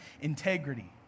integrity